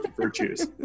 virtues